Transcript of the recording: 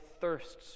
thirsts